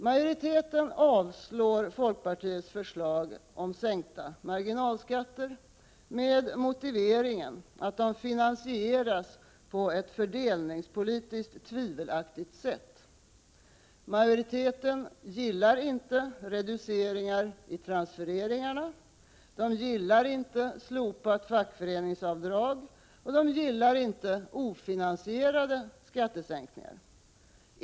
Majoriteten avslår folkpartiets förslag om en sänkning av marginalskatterna med motiveringen att det finansieras på ett fördelningspolitiskt tvivelaktigt sätt. Majoriteten gillar inte reduceringar i transfereringarna, den gillar inte slopat fackföreningsavdrag, och den gillar inte ofinansierade skattesänkningar.